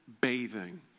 bathing